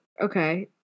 okay